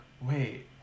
wait